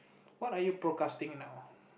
what are you precasting now